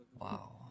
Wow